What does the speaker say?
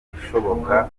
ibishoboka